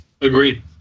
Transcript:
agreed